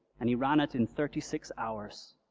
and he ran it in thirty six hours.